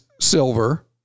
silver